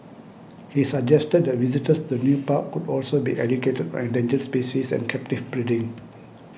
he suggested that visitors the new park could also be educated on endangered species and captive breeding